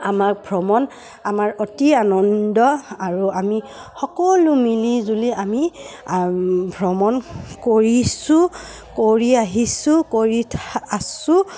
আমাৰ ভ্ৰমণ আমাৰ অতি আনন্দ আৰু আমি সকলো মিলি জুলি আমি ভ্ৰমণ কৰিছোঁ কৰি আহিছোঁ কৰি থা আছোঁ